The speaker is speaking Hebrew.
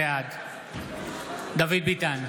בעד דוד ביטן,